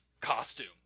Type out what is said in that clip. costume